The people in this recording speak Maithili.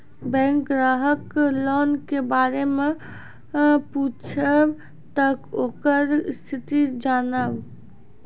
बैंक ग्राहक लोन के बारे मैं पुछेब ते ओकर स्थिति जॉनब?